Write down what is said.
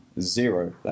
zero